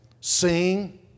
Sing